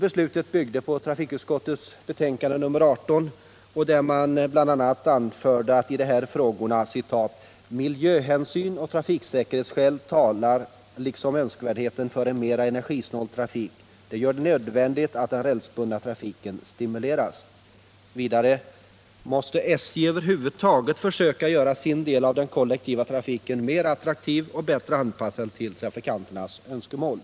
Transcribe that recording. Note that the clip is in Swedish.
Beslutet byggde på trafikutskottets betänkande 1976/77:18, där man bl.a. anförde: ”Även miljöhänsyn och trafiksäkerhetsskäl liksom önskvärdheten av en mera energisnål trafik gör det nödvändigt att den rälsbundna trafiken stimuleras.” Man anförde vidare att SJ över huvud taget måste ”försöka göra sin del av den kollektiva trafiken mera attraktiv och 43 bättre anpassad till trafikanternas önskemål”.